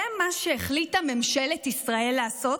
זה מה שהחליטה ממשלת ישראל לעשות,